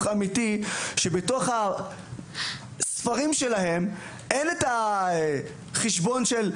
אמיתי שבתוך הספרים שלהם יש חשבון של,